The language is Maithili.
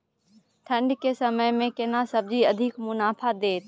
ठंढ के समय मे केना सब्जी अधिक मुनाफा दैत?